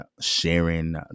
sharing